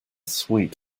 sweet